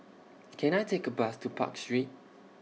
Can I Take A Bus to Park Street